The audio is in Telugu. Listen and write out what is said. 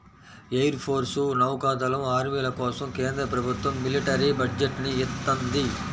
ఎయిర్ ఫోర్సు, నౌకా దళం, ఆర్మీల కోసం కేంద్ర ప్రభుత్వం మిలిటరీ బడ్జెట్ ని ఇత్తంది